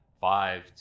five